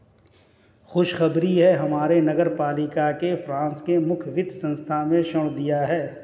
खुशखबरी है हमारे नगर पालिका को फ्रांस के मुख्य वित्त संस्थान ने ऋण दिया है